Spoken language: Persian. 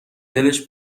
دلش